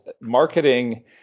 marketing